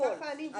הכול.